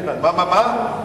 לא הבנתי.